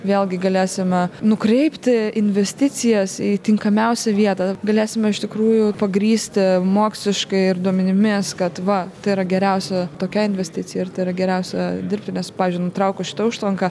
vėlgi galėsime nukreipti investicijas į tinkamiausią vietą galėsime iš tikrųjų pagrįsti moksliškai ir duomenimis kad va tai yra geriausia tokia investicija ir tai yra geriausia dirbti nes pavyzdžiui nutraukus šitą užtvanką